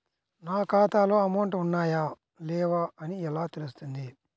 నా ఖాతాలో అమౌంట్ ఉన్నాయా లేవా అని ఎలా తెలుస్తుంది?